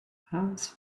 house